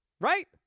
right